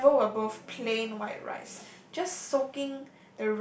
level above plain white rice just soaking